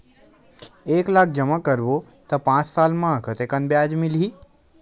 एक लाख जमा करबो त पांच साल म कतेकन ब्याज मिलही?